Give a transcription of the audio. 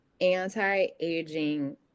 anti-aging